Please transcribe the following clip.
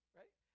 right